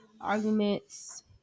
arguments